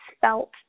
felt